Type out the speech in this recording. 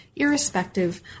Irrespective